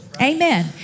Amen